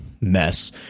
mess